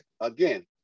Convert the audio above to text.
again